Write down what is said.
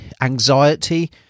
anxiety